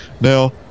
now